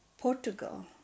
Portugal